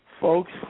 Folks